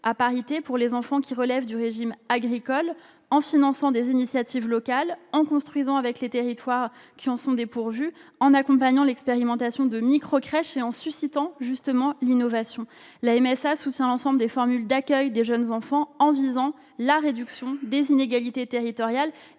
à parité pour les enfants qui relèvent du régime agricole, en finançant des initiatives locales, en construisant avec les territoires qui en sont dépourvus, en accompagnant l'expérimentation de microcrèches et en suscitant l'innovation. La MSA soutient l'ensemble des formules d'accueil des jeunes enfants en visant la réduction des inégalités territoriales